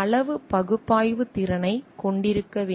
அளவு பகுப்பாய்வு திறனைக் கொண்டிருக்க வேண்டும்